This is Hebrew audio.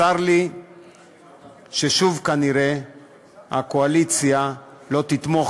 צר לי ששוב כנראה הקואליציה לא תתמוך,